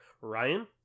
Ryan